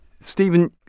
Stephen